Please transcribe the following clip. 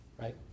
right